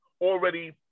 already